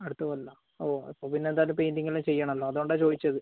അടുത്ത കൊല്ലമോ ഓ അപ്പോൾ പിന്നെ എന്തായാലും പെയിൻറ്റിംഗ് എല്ലാം ചെയ്യണമല്ലോ അതുകൊണ്ടാ ചോദിച്ചത്